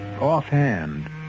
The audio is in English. Offhand